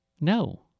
No